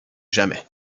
jamais